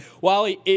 Wally